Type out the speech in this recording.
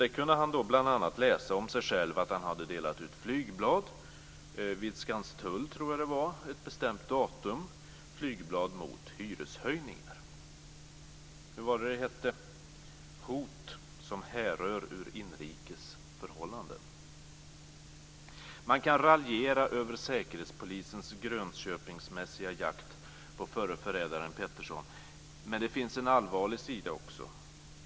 Där kunde han bl.a. läsa om sig själv att han vid ett bestämt datum hade delat ut flygblad mot hyreshöjningar vid, tror jag, Skanstull. Hur hette det? "Hot som härrör ur inrikes förhållanden". Man kan raljera över säkerhetspolisens Grönköpingsmässiga jakt på förre förrädaren Peterzohn men det finns också en allvarlig sida.